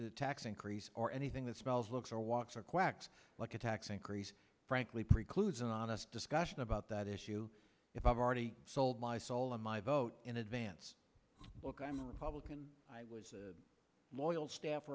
of tax increase or anything that smells looks or walks or quacks like a tax increase frankly precludes an honest discussion about that issue if i've already sold my soul and my vote in advance look i'm a republican i was loyal staff